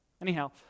Anyhow